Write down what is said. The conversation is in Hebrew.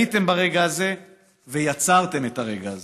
הייתם ברגע הזה ויצרתם את הרגע הזה,